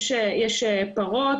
יש פרות,